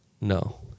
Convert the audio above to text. No